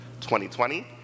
2020